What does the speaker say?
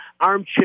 armchair